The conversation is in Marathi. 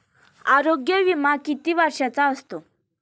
आरोग्य विमा किती वर्षांचा असतो?